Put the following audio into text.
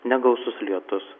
negausus lietus